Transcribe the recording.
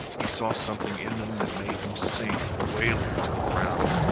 he saw something in them that made him sink wailing to the ground.